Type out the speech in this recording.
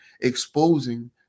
exposing